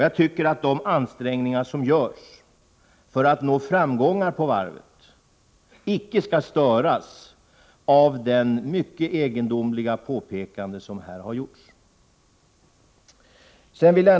Jag tycker alltså att de ansträngningar som görs för att nå framgångar på varvet icke skall störas av det mycket egendomliga påpekande som här har gjorts.